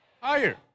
higher